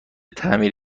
تعمیر